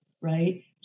right